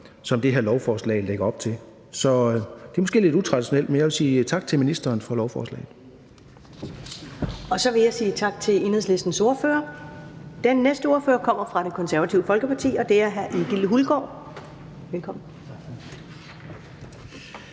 som det her lovforslag lægger op til. Det er måske lidt utraditionelt, men jeg vil sige tak til ministeren for lovforslaget. Kl. 11:44 Første næstformand (Karen Ellemann): Så vil jeg sige tak til ordføreren. Den næste ordfører kommer fra Det Konservative Folkeparti, og det er hr. Egil Hulgaard. Velkommen.